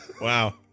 Wow